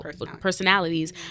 personalities